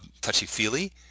touchy-feely